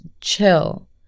chill